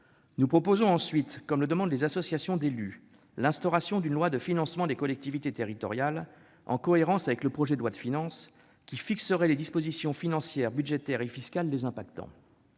Nous proposons ensuite, comme le demandent les associations d'élus, l'instauration d'une loi de financement des collectivités territoriales, en cohérence avec le projet de loi de finances, qui fixerait les dispositions financières, budgétaires et fiscales les affectant.